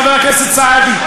חבר הכנסת סעדי,